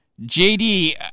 JD